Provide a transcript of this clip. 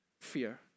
fear